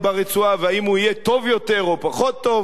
ברצועה והאם הוא יהיה טוב יותר או פחות טוב?